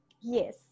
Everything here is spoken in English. Yes